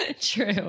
True